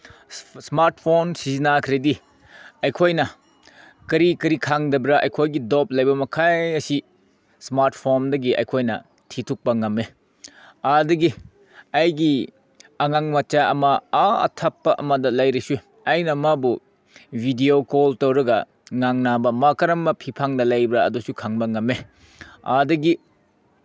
smart phone ꯁꯤꯖꯤꯟꯅꯈ꯭ꯔꯗꯤ ꯑꯩꯈꯣꯏꯅ ꯀꯔꯤ ꯀꯔꯤ ꯈꯪꯗꯕ꯭ꯔꯥ ꯑꯩꯒꯤ ꯗꯥꯎꯠ ꯂꯩꯕ ꯃꯈꯩ ꯑꯁꯤ ꯏꯁꯃꯥꯔꯠ ꯐꯣꯟꯗꯒꯤ ꯑꯩꯈꯣꯏꯅ ꯊꯤꯗꯣꯛꯄ ꯉꯝꯃꯤ ꯑꯗꯒꯤ ꯑꯩꯒꯤ ꯑꯉꯥꯡ ꯃꯆꯥ ꯑꯃ ꯑꯥ ꯑꯊꯥꯞꯄ ꯑꯃꯗ ꯂꯩꯔꯁꯨ ꯑꯩꯅ ꯃꯥꯕꯨ ꯚꯤꯗꯤꯑꯣ ꯀꯣꯜ ꯇꯧꯔꯒ ꯉꯥꯡꯅꯕ ꯃꯥ ꯀꯔꯝꯕ ꯐꯤꯚꯝꯗ ꯂꯩꯕ꯭ꯔꯥ ꯑꯗꯨꯁꯨ ꯈꯪꯕ ꯉꯝꯃꯤ ꯑꯗꯒꯤ